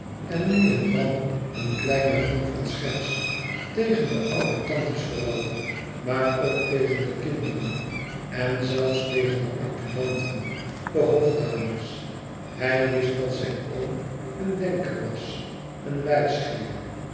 en nu en dan een kleine vonk van scherts tegen de oude tantes vooral maar ook tegen de kinderen en zelfs tegen de adjudanten de hofdames hij wist e ids aargang dat zijn oom een denker was een